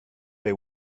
they